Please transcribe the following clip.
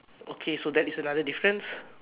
okay so that is another difference